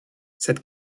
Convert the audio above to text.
cette